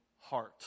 heart